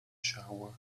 shower